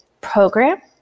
program